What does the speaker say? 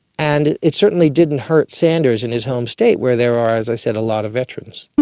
and it certainly didn't hurt sanders in his home state where there are, as i said, a lot of veterans.